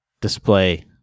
display